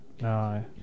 No